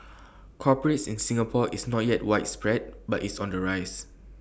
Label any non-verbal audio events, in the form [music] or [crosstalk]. corporate in Singapore is not yet widespread but it's on the rise [noise]